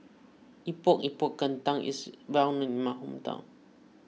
Epok Epok Kentang is well known in my hometown